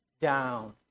down